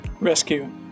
Rescue